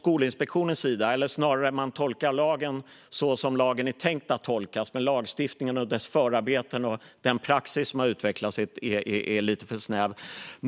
Skolinspektionen tolkar regelverket snävt. Det är snarare så att lagen tolkas som den är tänkt att tolkas, men lagstiftningen, dess förarbeten och den praxis som har utvecklats är lite för snäva.